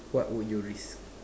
what would you risk